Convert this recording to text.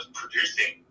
producing